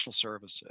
services